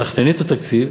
מתכננים את התקציב,